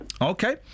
Okay